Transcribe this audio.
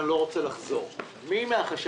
אני לא רוצה לחזור על הדברים.